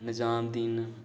Nizamuddin